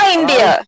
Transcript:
India